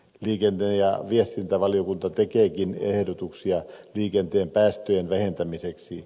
liikenne ja viestintävaliokunta tekeekin ehdotuksia liikenteen päästöjen vähentämiseksi